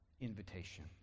invitation